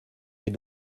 est